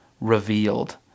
Revealed